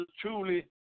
truly